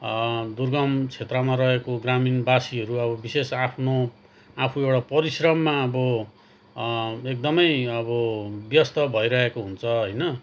दुर्गम क्षेत्रमा रहेको ग्रामीण वासीहरू अब विशेष आफ्नो आफू एउटा परिश्रममा अब एकदमै अब व्यस्त भइरहेको हुन्छ होइन